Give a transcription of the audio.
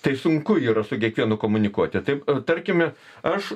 tai sunku yra su kiekvienu komunikuoti taip tarkime aš